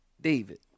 David